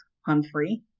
Humphrey